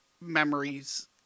memories